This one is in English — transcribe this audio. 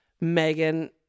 Megan